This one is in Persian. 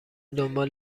دنبال